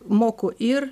moku ir